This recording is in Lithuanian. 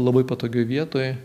labai patogioj vietoj